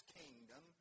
kingdom